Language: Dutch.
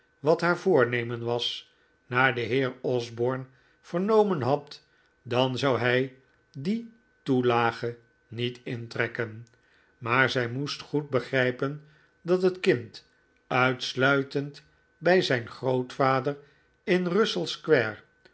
wat haar voornemen was naar de heer osborne vernomen had dan zou hij die toelage niet intrekken maar zij moest goed begrijpen dat het kind uitsluitend bij zijn grootvader in russell square